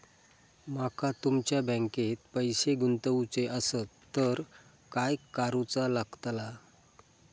माका तुमच्या बँकेत पैसे गुंतवूचे आसत तर काय कारुचा लगतला?